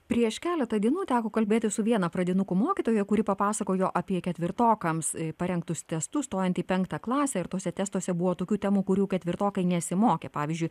prieš keletą dienų teko kalbėtis su viena pradinukų mokytoja kuri papasakojo apie ketvirtokams parengtus testus stojant į penktą klasę ir tuose testuose buvo tokių temų kurių ketvirtokai nesimokė pavyzdžiui